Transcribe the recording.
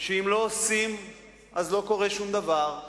שאם לא עושים אז לא קורה שום דבר,